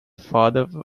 father